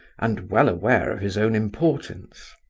and well aware of his own importance.